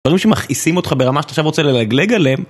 דמרים שמכעיסים אותך ברמה שאתה עכשיו רוצה ללגלג עליהם